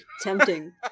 Tempting